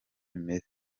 bimeze